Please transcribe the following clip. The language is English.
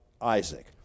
Isaac